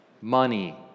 money